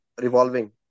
revolving